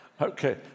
Okay